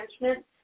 Management